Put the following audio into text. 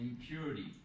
impurity